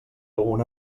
algun